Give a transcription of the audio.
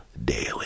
daily